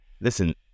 Listen